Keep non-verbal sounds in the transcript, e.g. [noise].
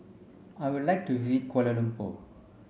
I would like to [unintelligible] Kuala Lumpur